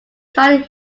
started